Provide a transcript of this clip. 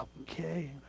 Okay